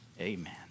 Amen